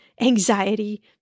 anxiety